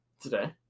Today